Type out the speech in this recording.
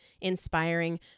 inspiring